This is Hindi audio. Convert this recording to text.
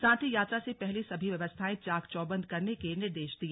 साथ ही यात्रा से पहले सभी व्यवस्थाऐं चाक चौबन्द करने के निर्देश दिए